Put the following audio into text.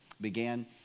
began